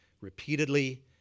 repeatedly